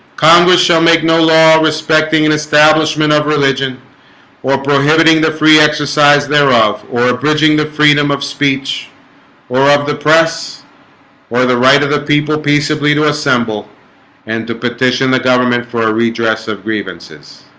congress shall make no law respecting an establishment of religion or prohibiting the free exercise thereof or abridging the freedom of speech or of the press or the right of the people peaceably to assemble and to petition the government for a redress of grievances